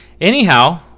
anyhow